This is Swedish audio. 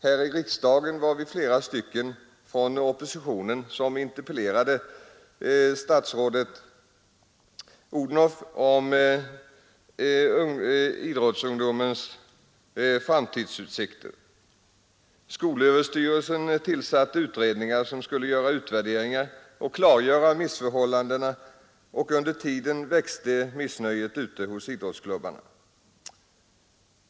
Här i riksdagen var vi flera stycken från oppositionen som interpellerade statsrådet Odhnoff om framtidsutsikterna för idrottsungdomen. Skolöverstyrelsen tillsatte utredningar som skulle göra utvärderingar och klargöra missförhållandena, och under tiden växte missnöjet ute hos idrottsklubbarna.